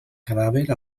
cadàver